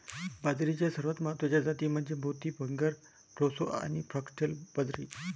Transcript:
बाजरीच्या सर्वात महत्वाच्या जाती म्हणजे मोती, फिंगर, प्रोसो आणि फॉक्सटेल बाजरी